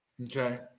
Okay